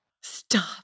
Stop